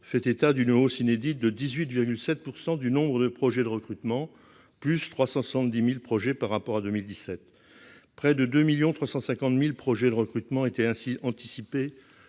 fait état d'une hausse inédite de 18,7 % du nombre de projets de recrutement, soit une augmentation de 370 000 par rapport à 2017. Près de 2 350 000 projets de recrutement étaient ainsi anticipés